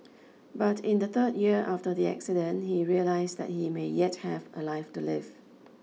but in the third year after the accident he realised that he may yet have a life to live